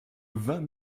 vingt